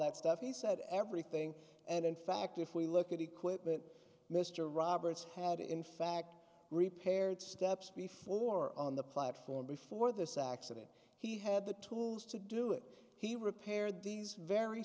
that stuff he said everything and in fact if we look at equipment mr roberts had in fact repaired steps before on the platform before this accident he had the tools to do it he repaired these very